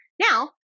Now